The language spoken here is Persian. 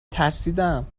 ترسیدم